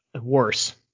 Worse